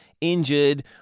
injured